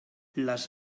les